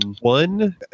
one